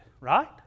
Right